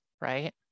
right